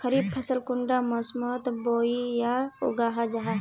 खरीफ फसल कुंडा मोसमोत बोई या उगाहा जाहा?